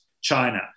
China